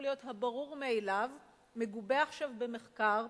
להיות הברור מאליו מגובה עכשיו במחקר,